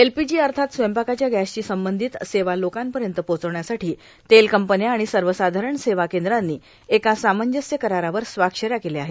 LPG अथात स्वयंपाकाच्या गॅसशी संबर्धित सेवा लोकांपयत पोचवण्यासाठां तेल कंपन्या आर्गाण सवसाधारण सेवा कद्रांनी एका सामंजस्य करारावर स्वाक्षऱ्या केल्या आहेत